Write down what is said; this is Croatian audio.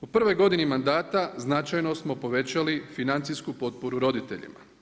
U prvoj godini mandata značajno smo povećali financijsku potporu roditeljima.